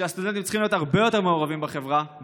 שהסטודנטים צריכים להיות הרבה יותר מעורבים בחברה,